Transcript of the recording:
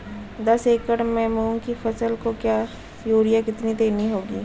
दस एकड़ में मूंग की फसल को यूरिया कितनी देनी होगी?